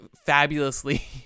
fabulously